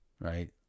right